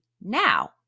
now